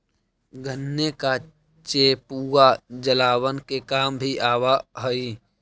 गन्ने का चेपुआ जलावन के काम भी आवा हई